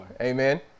Amen